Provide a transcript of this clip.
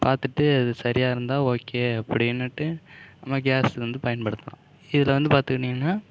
பார்த்துட்டு அது சரியாக இருந்தால் ஓகே அப்படின்னுட்டு நம்ம கேஸ் வந்து பயன்படுத்தலாம் இதில் வந்து பார்த்துக்கிட்டீங்கன்னா